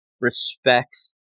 respects